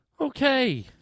Okay